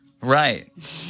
Right